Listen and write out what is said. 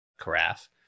carafe